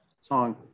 Song